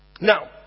Now